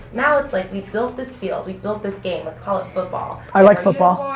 now it's like, we built this field, we built this game, let's call it football. i like football.